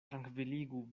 trankviligu